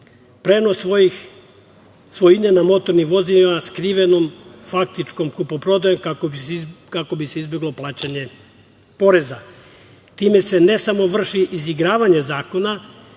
prenos svojine nad motornim vozilima skrivenom faktičkom kupoprodajom kako bi se izbeglo plaćanje poreza. Time se ne samo vrši izigravanje zakona,